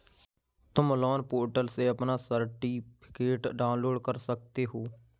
तुम loan portal से अपना लोन सर्टिफिकेट डाउनलोड कर सकते हो